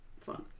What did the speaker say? fun